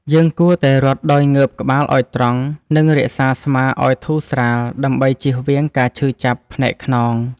យើងគួរតែរត់ដោយងើបក្បាលឱ្យត្រង់ និងរក្សាស្មាឱ្យធូរស្រាល ដើម្បីជៀសវាងការឈឺចាប់ផ្នែកខ្នង។